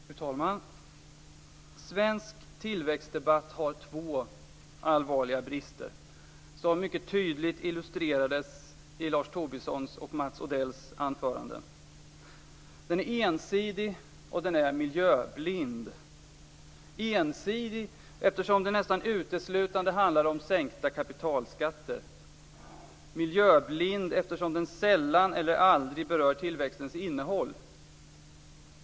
Fru talman! Svensk tillväxtdebatt har två allvarliga brister som mycket tydligt illustrerades i Lars Tobissons och Mats Odells anföranden. Den är ensidig och miljöblind - ensidig eftersom den nästan uteslutande handlar om sänkta kapitalskatter, miljöblind eftersom den sällan eller aldrig berör tillväxtens innehåll.